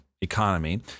economy